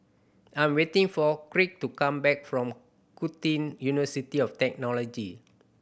I'm waiting for Kirk to come back from University of Technology